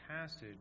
passage